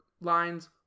lines